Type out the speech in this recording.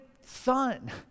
son